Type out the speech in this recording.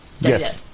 Yes